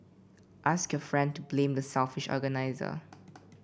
ask your friend to blame the selfish organiser